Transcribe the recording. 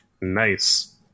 Nice